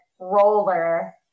roller